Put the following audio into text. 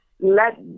let